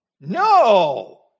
No